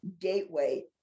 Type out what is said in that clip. gateway